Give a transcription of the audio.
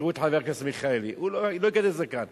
תראו את חבר הכנסת מיכאלי, הוא לא מגדל זקן.